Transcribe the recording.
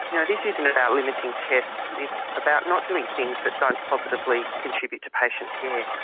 you know this isn't about limiting tests, it's about not doing things that don't positively contribute to patient care.